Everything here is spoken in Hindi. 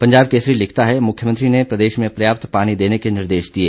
पंजाब केसरी लिखता है मुख्यमंत्री ने प्रदेश में पर्याप्त पानी देने के निर्देश दिए